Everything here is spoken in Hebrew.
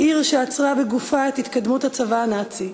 העיר שעצרה בגופה את התקדמות הצבא הנאצי,